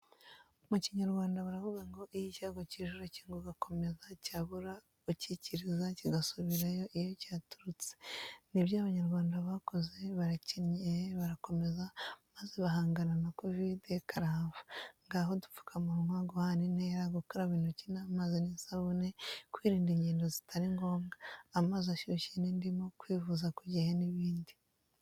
Mu kinyarwanda batavuga ngo iyo icyago kije urakinga ugakomeza cyabura ucyikiriza Kigasubira iyo cyaturutse; nibyo abanyarwanda bakoze, barakenyeye barakomeza maze bahangana na kovide karahava; ngaho udupfukamunwa, guhana intera, gukaraba intoki n'amazi n'isabune, kwirinda ingendo zitari ngombwa, amazi ashyushye n'indimu, kwivuza ku gihe n'ibindi.